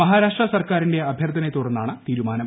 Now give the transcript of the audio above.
മഹാരാഷ്ട്ര സർക്കാരിന്റെ അഭ്യർത്ഥനയെ തുടർന്നാണ് തീരുമാനം